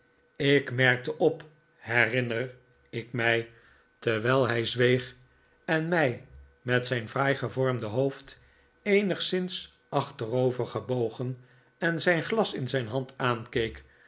ik merkte op herinner ik mij terwijl hij zweeg en mij met zijn fraai gevormde hoofd eenigszins achterovergebogen en zijri glas in zijn hand aankeek